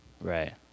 Right